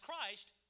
Christ